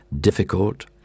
difficult